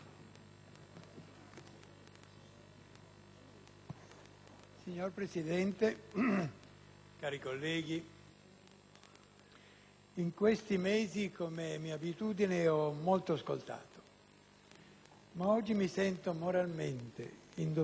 Signor Presidente, cari colleghi, in questi mesi, come è mia abitudine, ho molto ascoltato. Ma oggi mi sento moralmente in dovere di prendere la parola.